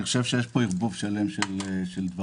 אני חושב שיש פה ערבוב שלם של דברים,